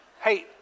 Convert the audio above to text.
Hey